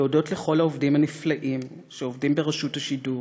להודות לכל העובדים הנפלאים שעובדים ברשות השידור